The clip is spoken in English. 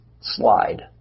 slide